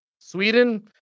Sweden